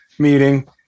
Meeting